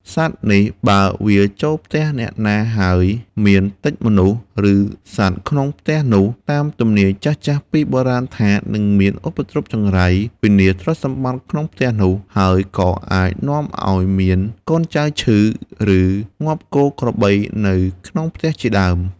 សត្វនេះ បើវាចូលផ្ទះអ្នកណា ហើយមានទិចមនុស្ស ឬសត្វក្នុងផ្ទះនោះ តាមទំនាយចាស់ៗពីបុរាណថា នឹងមានឧបទ្រព្យចង្រៃ វិនាសទ្រព្យសម្បត្តិក្នុងផ្ទះនោះ ហើយក៏អាចនាំឲ្យមានកូនចៅឈឺ ឬងាប់គោ ក្របីនៅក្នុងផ្ទះជាដើម។